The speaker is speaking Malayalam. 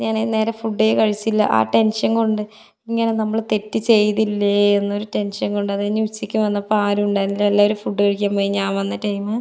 ഞാനന്നേരം ഫുഡേ കഴിച്ചില്ല ആ ടെൻഷൻ കൊണ്ട് ഇങ്ങനെ നമ്മൾ തെറ്റ് ചെയ്തില്ലേ എന്നൊരു ടെൻഷൻ കൊണ്ട് അതുകഴിഞ്ഞ് ഉച്ചക്ക് വന്നപ്പോൾ ആരുമുണ്ടായിരുന്നില്ല എല്ലാവരും ഫുഡ് കഴിക്കാൻ പോയി ഞാൻ വന്ന ടൈം